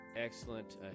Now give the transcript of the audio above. Excellent